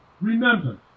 remember